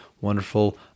wonderful